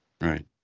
Right